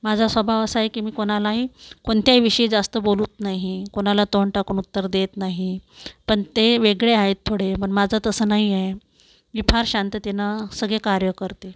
माझा स्वभाव असा आहे की मी कोणालाही कोणत्याही विषयी जास्त बोलत नाही कोणाला तोंड टाकून उत्तरे देत नाही पण ते वेगळे आहेत थोडे पण माझं तसं नाही आहे मी फार शांततेनं सगळे कार्य करते